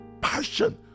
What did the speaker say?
passion